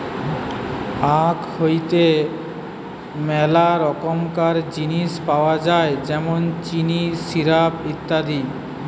আখ হইতে মেলা রকমকার জিনিস পাওয় যায় যেমন চিনি, সিরাপ, ইত্যাদি